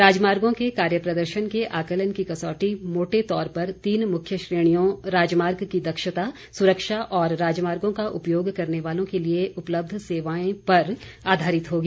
राजमार्गों के कार्य प्रदर्शन के आकलन की कसौटी मोटे तौर पर तीन मुख्य श्रेणियों राजमार्ग की दक्षता सुरक्षा और राजमार्गों का उपयोग करने वालों के लिए उपलब्ध सेवाएं पर आधारित होगी